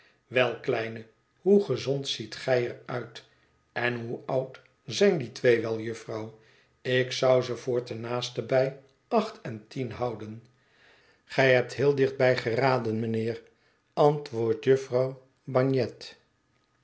wel kleine hoe gezond ziet gij er uit en hoe oud zijn die twee wel jufvrouw ik zou ze voor ten naastenbij acht en tien houden gij hebt heel dichtbij geraden mijnheer antwoordt jufvrouw